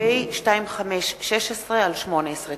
פ/2516/18.